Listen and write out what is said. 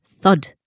thud